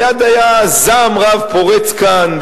מייד היה זעם רב פורץ כאן,